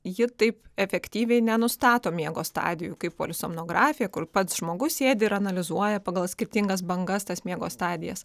ji taip efektyviai nenustato miego stadijų kaip polisomnografija kur pats žmogus sėdi ir analizuoja pagal skirtingas bangas tas miego stadijas